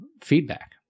feedback